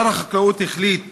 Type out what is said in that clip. שר החקלאות החליט,